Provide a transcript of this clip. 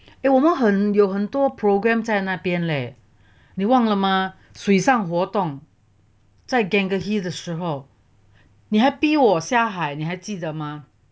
哎我们很有很多 program 在那边嘞你忘了吗水上活动在 gangehi 的时候你还逼我下海你还记得吗